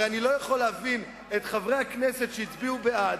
אני לא יכול להבין את חברי הכנסת שהצביעו בעד,